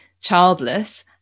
childless